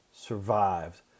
survived